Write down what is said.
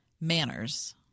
manners